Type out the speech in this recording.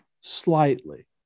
slightly